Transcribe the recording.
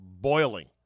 boiling